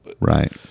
Right